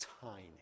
tiny